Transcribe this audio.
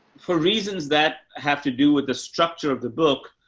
for reasons that have to do with the structure of the book.